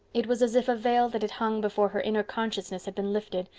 it was as if a veil that had hung before her inner consciousness had been lifted,